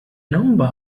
number